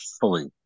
fully